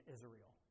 Israel